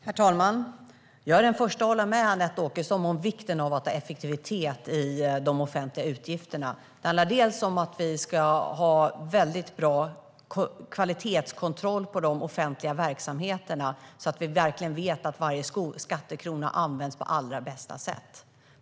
Herr talman! Jag är den första att hålla med Anette Åkesson om vikten av effektivitet i de offentliga utgifterna. Det handlar bland annat om bra kvalitetskontroll på de offentliga verksamheterna så att varje skattekrona används på allra bästa sätt.